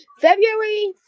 February